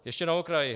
Ještě na okraj.